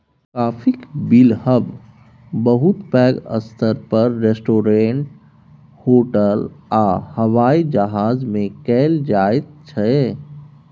काफीक बिलहब बहुत पैघ स्तर पर रेस्टोरेंट, होटल आ हबाइ जहाज मे कएल जाइत छै